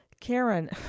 Karen